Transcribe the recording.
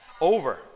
over